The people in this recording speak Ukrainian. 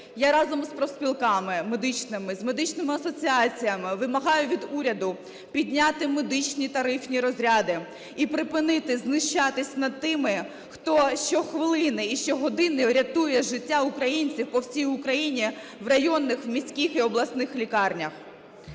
я разом з профспілками медичними, з медичними асоціаціями вимагаю від уряду підняти медичні тарифні розряди і припинити знущатись над тими, хто щохвилини і щогодини рятує життя українців по всій Україні в районних, в міських і обласних лікарнях.